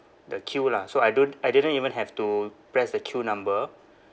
the queue lah so I don't I didn't even have to press the queue number